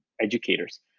educators